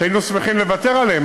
שהיינו שמחים לוותר עליהם,